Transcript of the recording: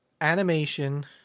Animation